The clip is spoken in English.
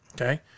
Okay